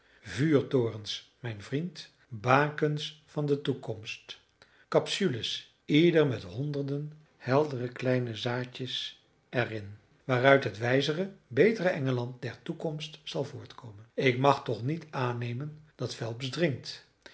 vuurtorens mijn vriend bakens van de toekomst capsules ieder met honderden heldere kleine zaadjes er in waaruit het wijzere betere engeland der toekomst zal voortkomen ik mag toch niet aannemen dat phelps drinkt